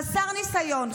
חסר ניסיון,